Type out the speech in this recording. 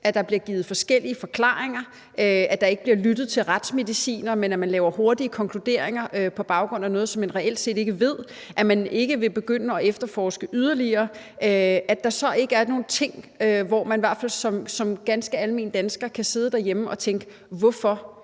at der bliver givet forskellige forklaringer; at der ikke bliver lyttet til retsmedicinere, men at man laver hurtige konklusioner på baggrund af noget, som man reelt set ikke ved; at man ikke vil begynde at efterforske yderligere, mener han så ikke også, at der er nogle ting, hvor man som ganske almindelig dansker kan sidde derhjemme og tænke: Hvorfor?